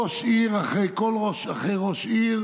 ראש עיר אחרי ראש עיר